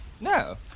No